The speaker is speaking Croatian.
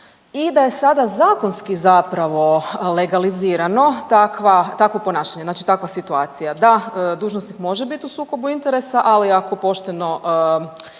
i da je sada zakonski zapravo legalizirano takvo ponašanje, znači takva situacija da dužnosnik može biti u sukobu interesa ali ako pošteno